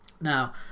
Now